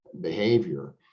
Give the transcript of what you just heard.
behavior